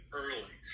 early